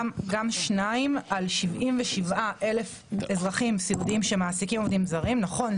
גם שניים על 77 אלף אזרחים סיעודיים שמעסיקים עובדים זרים - נכון,